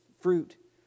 fruit